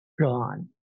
Gone